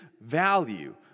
value